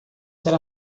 ser